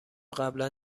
قبلا